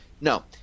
No